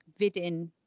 Vidin